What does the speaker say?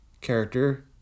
character